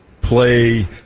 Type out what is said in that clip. play